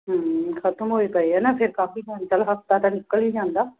ਹੁੰ ਖਤਮ ਹੋਏ ਪਏ ਆ ਨਾ ਫਿਰ ਕਾਫ਼ੀ ਹੁਣ ਚੱਲ ਹਫਤਾ ਤਾਂ ਨਿਕਲ ਹੀ ਜਾਂਦਾ